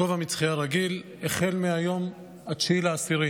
כובע מצחייה רגיל, החל מיום 9 באוקטובר,